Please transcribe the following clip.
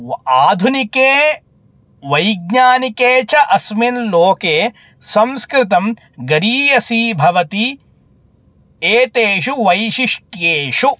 व आधुनिके वैज्ञानिके च अस्मिन् लोके संस्कृतं गरीयसी भवति एतेषु वैशिष्ट्येषु